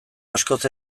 askoz